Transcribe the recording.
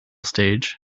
stage